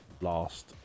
last